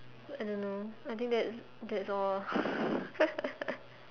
I don't know I think that's that's all ah